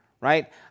right